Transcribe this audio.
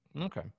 Okay